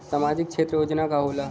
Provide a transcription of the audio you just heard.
सामाजिक क्षेत्र योजना का होला?